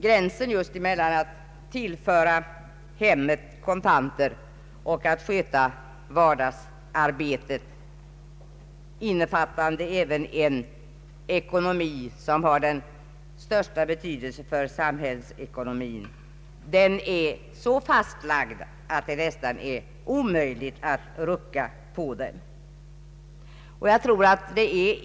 Gränsen mellan att tillföra hemmet kontanter och att sköta vardagsarbetet, innefattande även hemmets ekonomi som har den största betydelse för samhällsekonomin, är så fastlagd att det är nästan omöjligt att rucka på den.